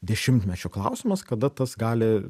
dešimtmečio klausimas kada tas gali